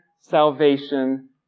salvation